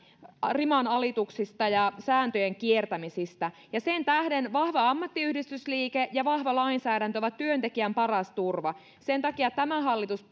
rimanalituksista ja sääntöjen kiertämisistä ja sen tähden vahva ammattiyhdistysliike ja vahva lainsäädäntö ovat työntekijän paras turva sen takia tämä hallitus